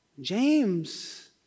James